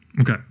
Okay